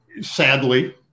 sadly